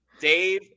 Dave